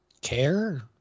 care